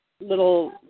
little